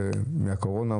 ההתאמה.